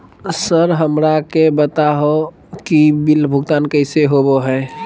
Sir हमरा के बता हो कि बिल भुगतान कैसे होबो है?